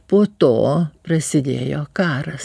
po to prasidėjo karas